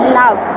love